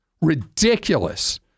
Ridiculous